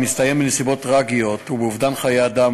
שהסתיים בנסיבות טרגיות ובאובדן חיי אדם,